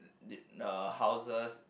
d~ the houses